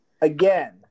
Again